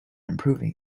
improving